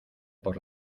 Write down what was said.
por